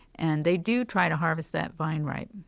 and they do try to harvest that vine ripe.